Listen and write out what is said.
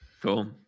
Cool